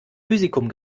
physikum